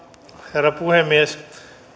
herra puhemies